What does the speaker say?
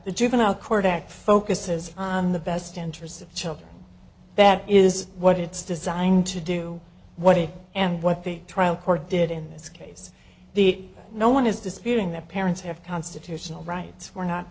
the juvenile court that focuses on the best interests of children that is what it's designed to do what it and what the trial court did in this case the no one is disputing that parents have constitutional rights we're not